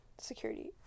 Security